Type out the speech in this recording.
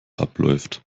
abläuft